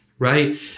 Right